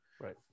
Right